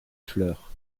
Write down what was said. fleurs